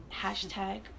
hashtag